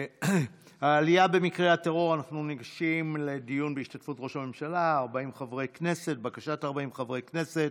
אנחנו ניגשים לדיון בהשתתפות ראש הממשלה לבקשת 40 חברי הכנסת,